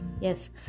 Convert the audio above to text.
Yes